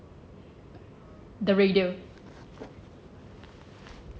the radio